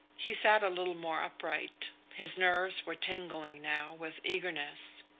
he sat a little more upright. his nerves were tingling now with eagerness.